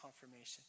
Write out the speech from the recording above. confirmation